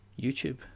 youtube